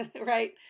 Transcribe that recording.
right